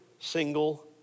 single